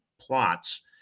plots